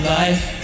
life